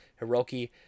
Hiroki